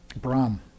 Brahm